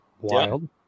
Wild